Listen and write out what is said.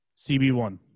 CB1